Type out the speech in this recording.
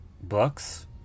books